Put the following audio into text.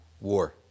war